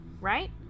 Right